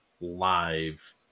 live